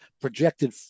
projected